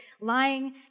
lying